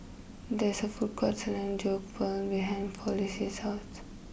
there is a food court selling Jokbal behind Flossie's house